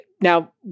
now